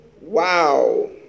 Wow